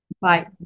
Bye